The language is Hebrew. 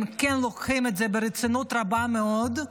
הם כן לוקחים את זה ברצינות רבה מאוד.